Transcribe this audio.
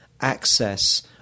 access